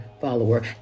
follower